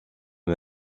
eux